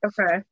Okay